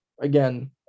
again